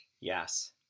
Yes